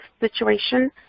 situation